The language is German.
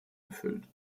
erfüllt